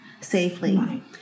safely